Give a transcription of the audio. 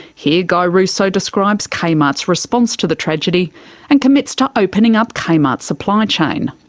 here guy russo describes kmart's response to the tragedy and commits to opening up kmart's supply chain.